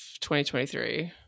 2023